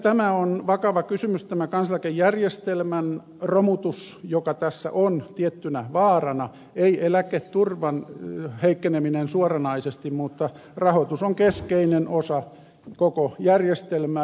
tämä on vakava kysymys tämä kansaneläkejärjestelmän romutus joka tässä on tiettynä vaarana ei eläketurvan heikkeneminen suoranaisesti mutta rahoitus on keskeinen osa koko järjestelmää